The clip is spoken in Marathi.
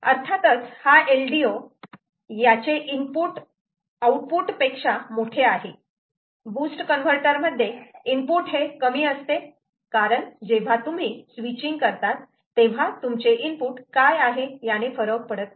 अर्थातच हा LDO आहे याचे इनपुट आउटपुट पेक्षा मोठे आहे बूस्त कन्वर्टर मध्ये इनपुट हे कमी असते कारण जेव्हा तुम्ही स्विचींग करतात तेव्हा तुमचे इनपुट काय आहे याने फरक पडत नाही